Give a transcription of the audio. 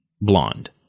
blonde